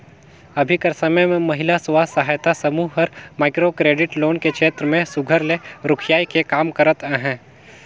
अभीं कर समे में महिला स्व सहायता समूह हर माइक्रो क्रेडिट लोन के छेत्र में सुग्घर ले रोखियाए के काम करत अहे